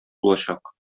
булачак